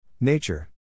Nature